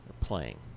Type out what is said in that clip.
playing